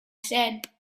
said